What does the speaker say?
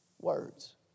words